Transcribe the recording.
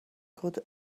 good